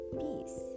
peace